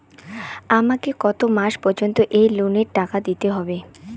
আমাকে কত মাস পর্যন্ত এই লোনের টাকা দিতে হবে?